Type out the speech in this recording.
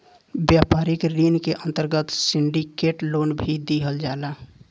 व्यापारिक ऋण के अंतर्गत सिंडिकेट लोन भी दीहल जाता